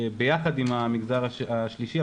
ביחד עם המגזר השלישי,